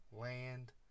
land